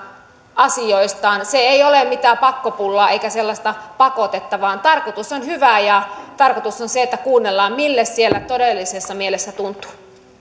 asioistaan se ei ole mitään pakkopullaa eikä sellaista pakotetta vaan tarkoitus on hyvä ja tarkoitus on se että kuunnellaan mille siellä todellisessa mielessä tuntuu